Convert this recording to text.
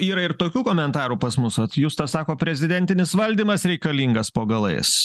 yra ir tokių komentarų pas mus vat justas sako prezidentinis valdymas reikalingas po galais